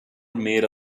made